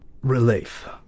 relief